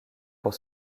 pour